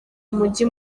umujyi